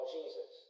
Jesus